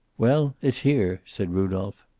well, it's here! said rudolph.